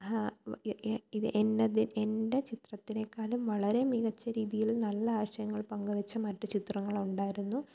ഇത് എന്നത് എന്റെ ചിത്രത്തിനേക്കാളിലും വളരെ മികച്ച രീതിയില് നല്ല ആശയങ്ങള് പങ്കുവച്ച മറ്റു ചിത്രങ്ങളുണ്ടായിരുന്നു